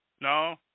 No